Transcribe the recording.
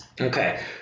Okay